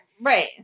Right